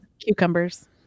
cucumbers